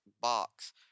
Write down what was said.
box